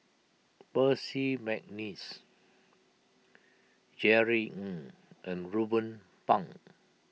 Percy McNeice Jerry Ng and Ruben Pang